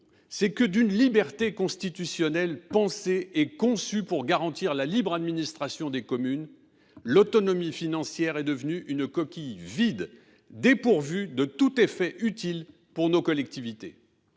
c’est que d’une liberté constitutionnelle, pensée et conçue pour garantir la libre administration des communes, l’autonomie financière est devenue une coquille vide dépourvue de tout effet utile pour nos collectivités.